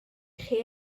chi